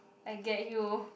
I get you